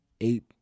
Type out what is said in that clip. eight